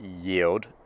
yield